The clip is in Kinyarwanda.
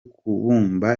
kubumba